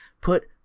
put